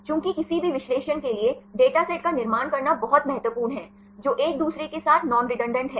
चूंकि किसी भी विश्लेषण के लिए डेटासेट का निर्माण करना बहुत महत्वपूर्ण है जो एक दूसरे के साथ नॉन रेडंडान्त हैं